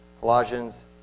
Colossians